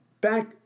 back